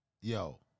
yo